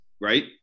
right